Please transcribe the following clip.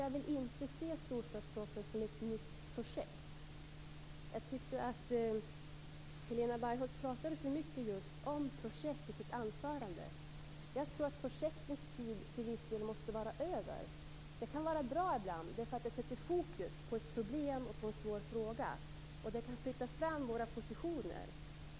Jag vill inte se storstadspropositionen som ett nytt projekt. Jag tyckte att Helena Bargholtz pratade för mycket om just projekt i sitt anförande. Jag tror att projektens tid till viss del måste vara över. Projekt kan vara bra ibland, därför att de sätter fokus på problem och på en svår fråga, och de kan flytta fram våra positioner.